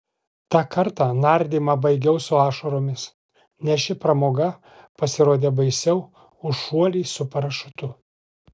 tą kartą nardymą baigiau su ašaromis nes ši pramoga pasirodė baisiau už šuolį su parašiutu